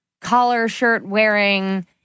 collar-shirt-wearing